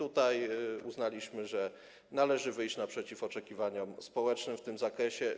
Uznaliśmy, że należy wyjść naprzeciw oczekiwaniom społecznym w tym zakresie.